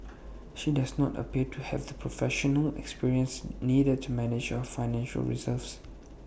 she does not appear to have the professional experience needed to manage our financial reserves